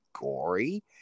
gory